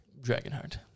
Dragonheart